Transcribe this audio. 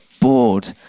bored